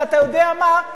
ואתה יודע מה?